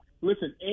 Listen